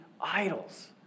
idols